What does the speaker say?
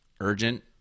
urgent